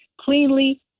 cleanly